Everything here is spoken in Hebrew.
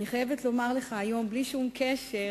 אני חייבת לומר לך, היום, בלי שום קשר,